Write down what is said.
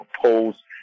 proposed